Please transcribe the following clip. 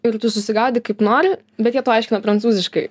ir tu susigaudyk kaip nori bet jie paaiškina prancūziškai